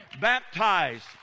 baptized